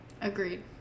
Agreed